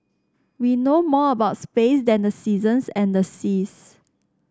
we know more about space than the seasons and the seas